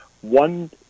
one